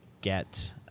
get